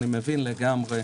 אני מבין לגמרי.